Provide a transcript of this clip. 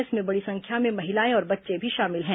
इसमें बड़ी संख्या में महिलाएं और बच्चे भी शामिल हैं